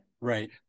Right